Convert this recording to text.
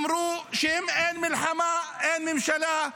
שאמרו שאם אין מלחמה אין ממשלה.